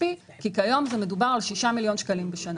כי כיום מדובר על 6 מיליון שקלים בשנה.